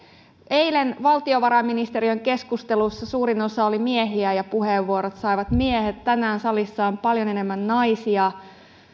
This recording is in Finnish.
eilen valtiovarainministeriön keskustelussa suurin osa oli miehiä ja puheenvuorot saivat miehet tänään salissa on paljon enemmän naisia